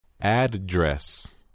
Address